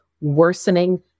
worsening